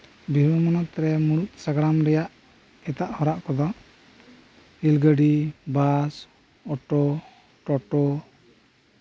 ᱵᱤᱨᱵᱷᱩᱢ ᱦᱚᱱᱚᱛ ᱢᱩᱬᱩᱫ ᱥᱟᱜᱲᱟᱢ ᱨᱮᱭᱟᱜ ᱮᱴᱟᱜ ᱦᱚᱲᱟᱜ ᱠᱚᱫᱚ ᱨᱮᱞᱜᱟᱹᱰᱤ ᱵᱟᱥ ᱚᱴᱳ ᱴᱳᱴᱳ